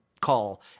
call